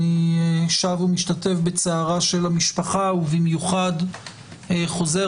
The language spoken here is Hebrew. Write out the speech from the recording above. אני שב ומשתתף בצערה של המשפחה ובמיוחד חוזר